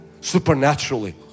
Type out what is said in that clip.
supernaturally